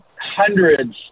hundreds